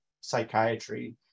psychiatry